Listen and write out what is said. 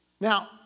Now